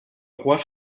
roi